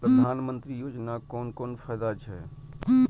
प्रधानमंत्री योजना कोन कोन फायदा छै?